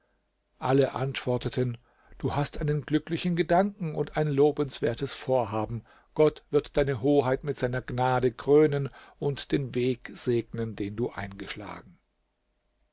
alle antworteten du hat einen glücklichen gedanken und ein lobenswertes vorhaben gott wird deine hoheit mit seiner gnade krönen und den weg segnen den du eingeschlagen